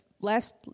last